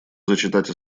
зачитать